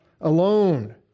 alone